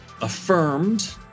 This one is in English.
Affirmed